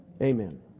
Amen